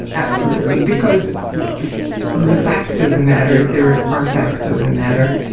absolutely, because the fact of the matter, if there are facts of the matter,